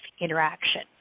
interaction